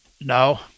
no